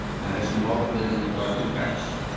madison welcomed it and a darkened house,